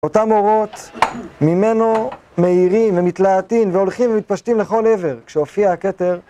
אותם אורות ממנו מהירים ומתלהטים והולכים ומתפשטים לכל עבר כשהופיע הקטר.